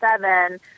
seven